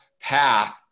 path